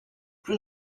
plus